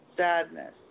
Sadness